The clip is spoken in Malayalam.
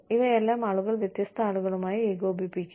ഇവയെല്ലാം ആളുകൾ വ്യത്യസ്ത ആളുകളുമായി ഏകോപിപ്പിക്കും